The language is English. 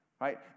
right